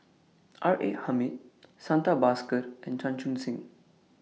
R A Hamid Santha Bhaskar and Chan Chun Sing